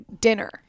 dinner